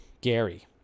Gary